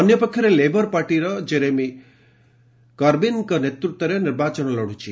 ଅନ୍ୟପକ୍ଷରେ labour party Jeremy କରବୀନଙ୍କ ନେତୃତ୍ୱରେ ନିର୍ବାଚନ ଲଢୁଛି